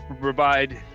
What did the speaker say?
provide